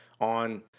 on